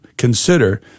Consider